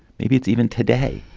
maybe it's even today.